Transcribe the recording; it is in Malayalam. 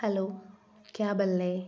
ഹലോ ക്യാബല്ലേ